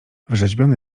wrzeźbiony